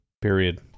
period